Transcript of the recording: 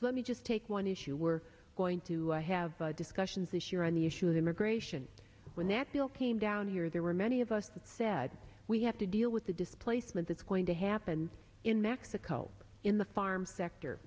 let me just take one issue we're going to have discussions this year on the issue of immigration when that bill came down here there were many of us that said we have to deal with the displacement that's going to happen in mexico in the farm sector